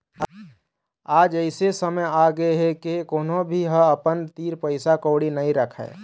आज अइसे समे आगे हे के कोनो भी ह अपन तीर पइसा कउड़ी नइ राखय